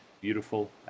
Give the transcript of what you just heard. beautiful